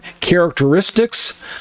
characteristics